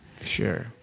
Sure